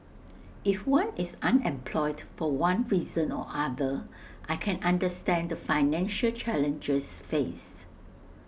if one is unemployed for one reason or other I can understand the financial challenges faced